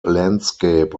landscape